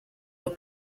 were